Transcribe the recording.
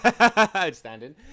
outstanding